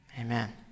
Amen